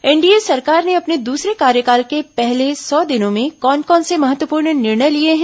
NDA सरकार ने अपने दूसरे कार्यकाल के पहले सौ दिनों में कौन कौन से महत्वपूर्ण निर्णय लिए हैं